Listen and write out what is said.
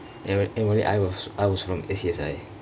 and when only I was I was from A_C_S_I